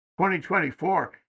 2024